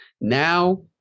Now